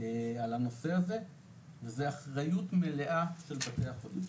על הנושא הזה וזה אחריות מלאה של בתי החולים.